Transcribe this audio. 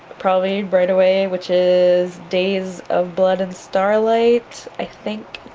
probably right away which is days of blood and starlight i think,